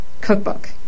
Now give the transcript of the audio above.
cookbook